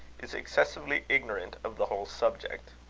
is excessively ignorant of the whole subject.